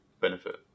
benefit